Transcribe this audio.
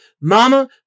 mama